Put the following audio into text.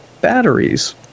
batteries